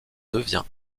devient